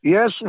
Yes